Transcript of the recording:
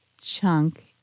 Chunk